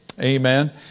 amen